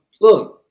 look